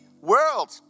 world